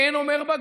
כן, אומר בג"ץ,